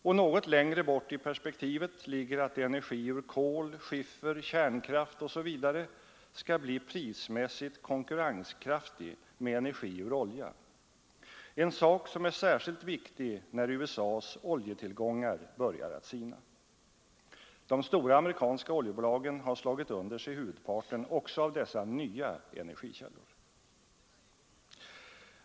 Och något längre bort i perspektivet ligger att energi ur kol, skiffer, kärnkraft osv. skall bli prismässigt konkurrenskraftig med energi ur olja, en sak som är särskilt viktig när USA:s oljetillgångar börjar att sina. De stora amerikanska oljebolagen har slagit under sig huvudparten också av dessa nya energikällor.